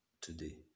today